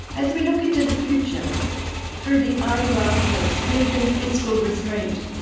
as we look into the future through the eyeglass of stringent fiscal restraint,